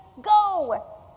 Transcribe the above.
go